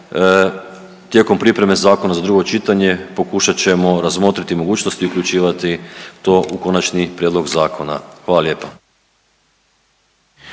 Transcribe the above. tijekom pripreme zakona za drugo čitanje pokušat ćemo razmotriti mogućosti i uključivati to u konačni prijedlog zakona, hvala lijepa.